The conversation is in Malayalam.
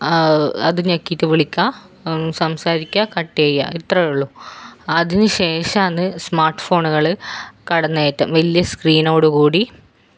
അത് ഞെക്കിയിട്ട് വിളിക്കുക സംസാരിക്കുക കട്ട് ചെയ്യുക ഇത്രയേയുള്ളൂ അതിനുശേഷമാണ് സ്മാർട്ട് ഫോണുകൾ കടന്നുകയറ്റം വലിയ സ്ക്രീനോടുകൂടി